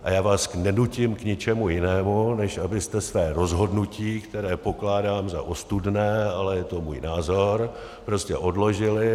A já vás nenutím k ničemu jinému, než abyste své rozhodnutí, které pokládám za ostudné, ale je to můj názor, prostě odložili.